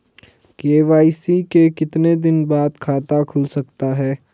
KYC के कितने दिन बाद खाता खुल सकता है?